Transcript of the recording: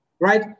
Right